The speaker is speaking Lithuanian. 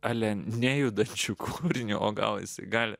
ale nejudančiu kūriniu o gal jis gal